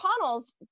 Connell's